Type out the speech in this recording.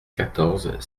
quatorze